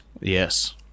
yes